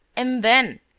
and then?